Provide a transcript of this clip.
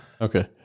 Okay